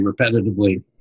repetitively